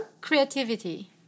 creativity